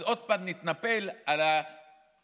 אז עוד פעם נתנפל על הפקידים,